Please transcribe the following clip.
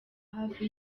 hafi